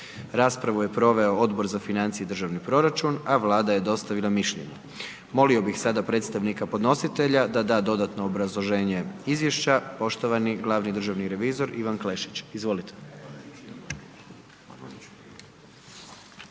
Raspravu je proveo Odbor za financije i državni proračun a Vlada je dostavila mišljenje. Molio bih sada predstavnika podnositelja da da dodatno obrazloženje izvješća, poštovani glavni državni revizor Ivan Klešić. Izvolite.